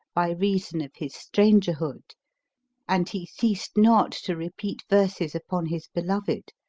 by reason of his strangerhood and he ceased not to repeat verses upon his beloved,